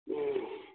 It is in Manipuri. ꯎꯝ